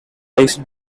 raised